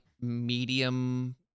medium